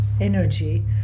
energy